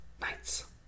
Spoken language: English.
nights